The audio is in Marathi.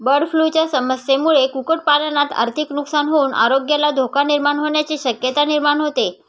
बर्डफ्लूच्या समस्येमुळे कुक्कुटपालनात आर्थिक नुकसान होऊन आरोग्याला धोका निर्माण होण्याची शक्यता निर्माण होते